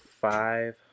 Five